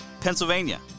Pennsylvania